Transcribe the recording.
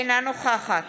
אינה נוכחת